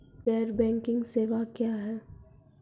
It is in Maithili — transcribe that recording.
गैर बैंकिंग सेवा क्या हैं?